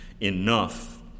enough